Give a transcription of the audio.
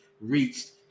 reached